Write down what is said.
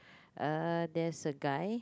uh there's a guy